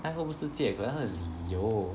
那个不是借口那是理由